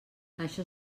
això